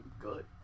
good